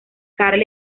karen